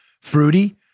fruity